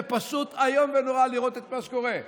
זה פשוט איום ונורא לראות את מה שקורה.